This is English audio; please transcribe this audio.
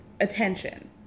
attention